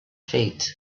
feet